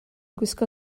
gwisgo